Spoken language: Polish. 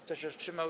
Kto się wstrzymał?